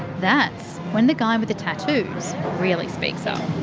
that's when the guy with the tattoos really speaks up.